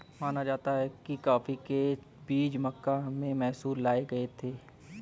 माना जाता है कि कॉफी के बीज मक्का से मैसूर लाए गए थे